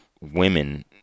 Women